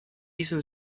ließen